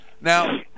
Now